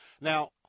Now